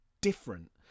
different